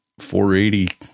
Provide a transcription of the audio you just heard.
480